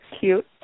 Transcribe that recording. cute